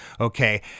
Okay